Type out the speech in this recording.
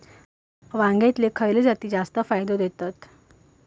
वांग्यातले खयले जाती जास्त फायदो देतत?